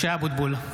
(קורא בשמות חברי הכנסת) משה אבוטבול,